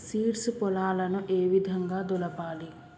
Seeds పొలాలను ఏ విధంగా దులపాలి?